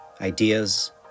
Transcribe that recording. ideas